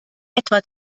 etwa